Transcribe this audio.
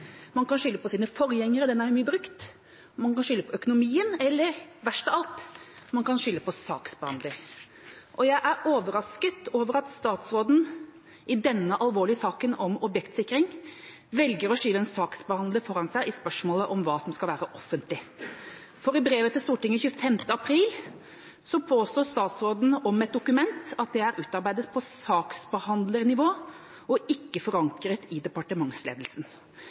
Man kan skylde på sine forgjengere – den er mye brukt. Man kan skylde på økonomien, eller verst av alt, man kan skylde på saksbehandleren. Jeg er overrasket over at statsråden, i denne alvorlige saken om objektsikring, velger å skyve en saksbehandler foran seg i spørsmålet om hva som skal være offentlig. For i brevet til Stortinget den 25. april påstår statsråden om et dokument at det er utarbeidet på saksbehandlernivå og ikke forankret i departementsledelsen.